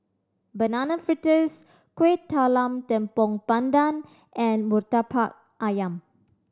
Banana Fritters Kueh Talam Tepong Pandan and Murtabak Ayam